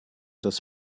das